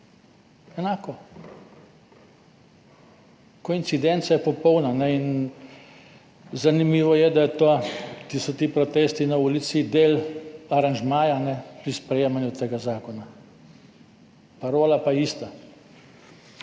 Enako, koincidenca je popolna. In zanimivo je, da so ti protesti na ulici del aranžmaja pri sprejemanju tega zakona, parola pa je ista.